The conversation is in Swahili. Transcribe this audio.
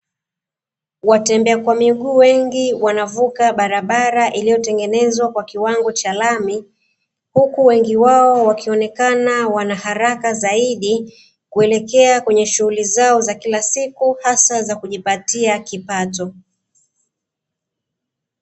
Watembea kwa miguu wengi wanavuka barabara iliyotengenezwa kwa kiwango cha lami, huku wengi wao wakionekana wanaharaka zaidi kuelekea kwenye shughuli zao za kila siku, hasa za kujipatia kipato.